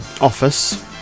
office